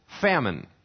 famine